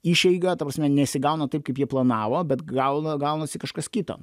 išeiga ta prasme nesigauna taip kaip jie planavo bet gau gaunasi kažkas kito